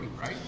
right